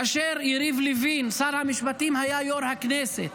כאשר יריב לוין, שר המשפטים, היה יו"ר הכנסת,